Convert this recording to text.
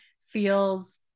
feels